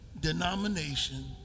denomination